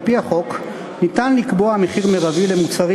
על-פי החוק אפשר לקבוע מחיר מרבי למוצרים